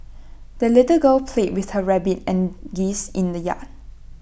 the little girl played with her rabbit and geese in the yard